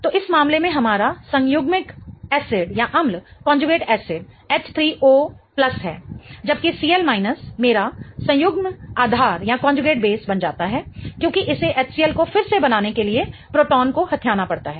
तो इस मामले में हमारा संयुग्मि एसिड अम्ल H3O है जबकि Cl मेरा संयुग्मन आधार बन जाता है क्योंकि इसे HCl को फिर से बनाने के लिए प्रोटॉन को हथियाना पड़ता है